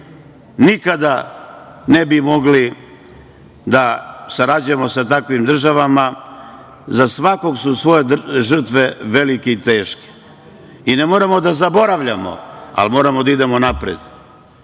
nikada ne bi mogli da sarađujemo sa takvim državama, za svakog su svoje žrtve velike i teške. I, ne moramo da zaboravljamo, ali moramo da idemo napred.